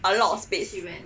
a lot of space